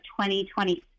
2020